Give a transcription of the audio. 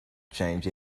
change